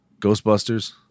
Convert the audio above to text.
ghostbusters